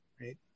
right